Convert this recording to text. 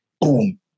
boom